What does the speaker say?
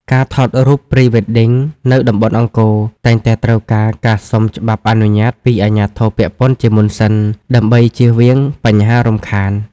ការថតរូប Pre-wedding នៅតំបន់អង្គរ តែងតែត្រូវការការសុំច្បាប់អនុញ្ញាតពីអាជ្ញាធរពាក់ព័ន្ធជាមុនសិន ដើម្បីជៀសវាងបញ្ហារំខាន។